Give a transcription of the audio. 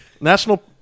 National